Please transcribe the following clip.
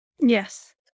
yes